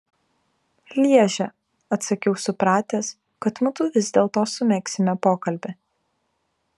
lježe atsakiau supratęs kad mudu vis dėlto sumegsime pokalbį